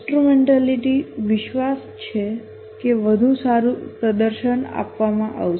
instrumentality વિશ્વાસ છે કે વધુ સારું પ્રદર્શન આપવામાં આવશે